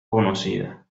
conocida